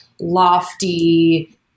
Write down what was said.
lofty